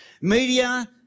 Media